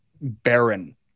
barren